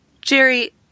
Jerry